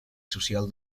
social